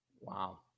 Wow